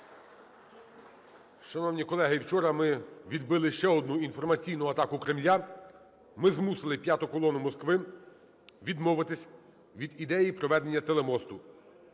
Шановні колеги, вчора ми відбили ще одну інформаційну атаку Кремля, ми змусили "п'яту колону" Москви відмовитись від ідеї проведення телемосту.